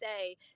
say